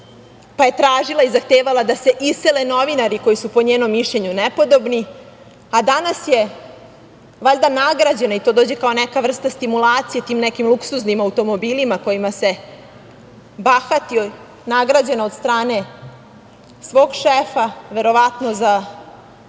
pa je tražila i zahtevala da se isele novinari koji su po njenom mišljenju nepodobni, a danas je valjda nagrađena, to dođe kao neka vrsta stimulacije tim nekim luksuznim automobilima kojima se bahati, nagrađena od strane svog šefa, verovatno za